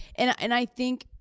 and ah and i think,